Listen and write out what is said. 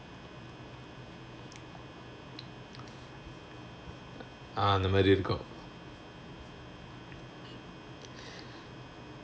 uh அந்த மாரி இருக்கு:antha maari irukku